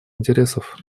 интересов